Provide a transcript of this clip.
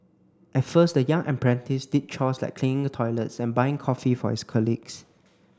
at first the young apprentice did chores like cleaning toilets and buying coffee for his colleagues